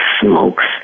smokes